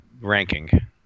ranking